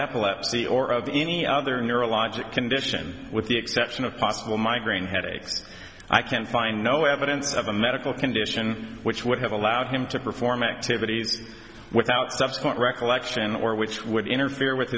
epilepsy or of any other neurological condition with the exception of possible migraine headaches i can find no evidence of a medical condition which would have allowed him to perform activities without subsequent recollection or which would interfere with